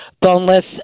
boneless